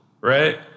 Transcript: right